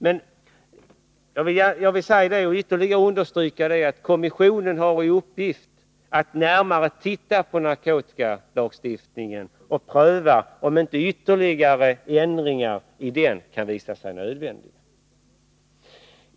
Men låt mig än en gång understryka att kommissionen har till uppgift att närmare se över narkotikalagstiftningen och pröva om fler ändringar i den är nödvändiga.